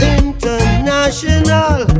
international